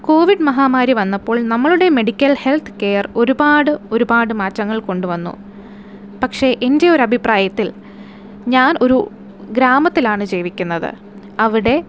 Covid മഹാമാരി വന്നപ്പോൾ നമ്മളുടെ മെഡിക്കൽ ഹെല്ത്ത് കെയർ ഒരുപാട് ഒരുപാട് മാറ്റങ്ങൾ കൊണ്ട് വന്നു പക്ഷെ എന്റെ ഒരു അഭിപ്രായത്തിൽ ഞാൻ ഒരു ഗ്രാമത്തിലാണ് ജീവിക്കുന്നത് അവിടെ